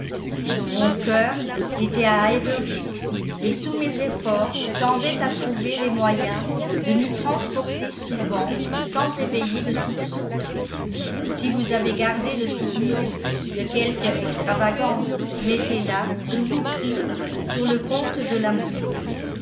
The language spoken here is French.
mon cœur était à highbury et tous mes efforts tendaient à trouver les moyens de m'y transporter souvent sans éveiller de soupçons si vous avez gardé le souvenir de quelque extravagance mettez-la je vous prie sur le compte de l'amour